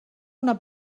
una